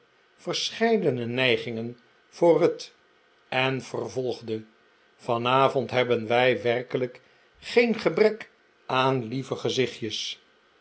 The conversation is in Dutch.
verscheidene nijgingen voor ruth en vervolgde vanavond hebben wij werkelijk geen gebrek aan lieve gezichtjes